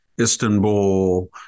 Istanbul